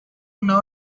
una